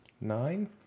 Nine